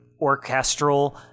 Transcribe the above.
orchestral